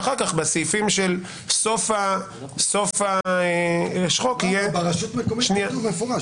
ואחר כך בסעיפים של סוף החוק --- ברשות מקומית כתוב במפורש.